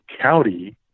county